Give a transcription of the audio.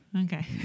Okay